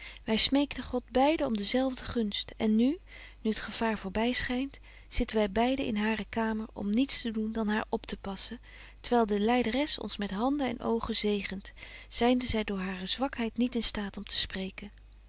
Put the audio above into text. wy smeekten god beiden om dezelfde gunst en nu nu t gevaar voorby schynt zitten wy beiden in hare kamer om niets te doen dan haar optepassen terwyl de lyderes ons met handen en oogen zegent zynde zy door hare zwakheid niet in staat om te spreken